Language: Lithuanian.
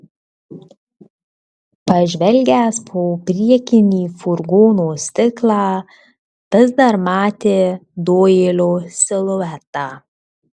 pažvelgęs pro priekinį furgono stiklą vis dar matė doilio siluetą